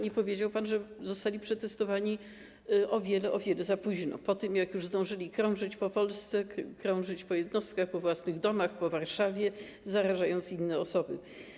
Nie powiedział pan, że zostali przetestowani o wiele, wiele za późno, po tym jak już zdążyli krążyć po Polsce, krążyć po jednostkach, po własnych domach, po Warszawie, zarażając inne osoby.